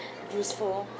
useful